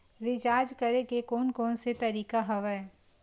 Recharge करे के कोन कोन से तरीका हवय?